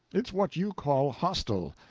it's what you call hostel.